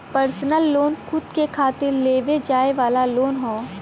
personal loan खुद के खातिर लेवे जाये वाला लोन हौ